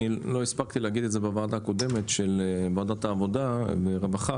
אני לא הספקתי להגיד את זה בוועדה הקודמת של ועדת העבודה והרווחה.